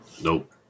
Nope